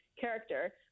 character